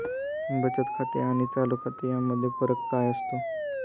बचत खाते आणि चालू खाते यामध्ये फरक काय असतो?